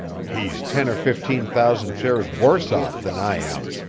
he's ten or fifteen thousand shares worse off than i am.